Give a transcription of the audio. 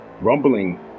Rumbling